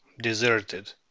deserted